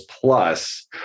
plus